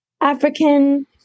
african